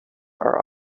are